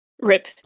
rip